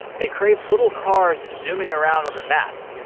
they crave little cars zooming around on the map.